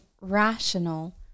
rational